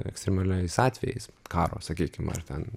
ekstremaliais atvejais karo sakykim ar ten